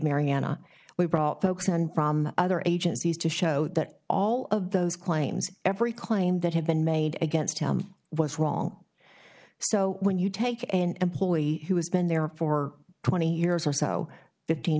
mariana we brought folks and from other agencies to show that all of those claims every claim that had been made against him was wrong so when you take an employee who has been there for twenty years or so fifteen